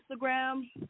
Instagram